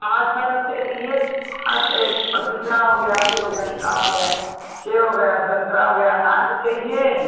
पाँच फल चाहिए पाँच से एक पपीता हो गया अँगूर हो गया केला हो गया सेब हो गया संतरा हो गया अनार भी चाहिए